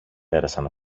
πέρασαν